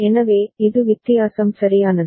எனவே இது வித்தியாசம் சரியானது